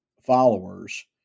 followers